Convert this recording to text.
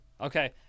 Okay